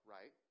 Right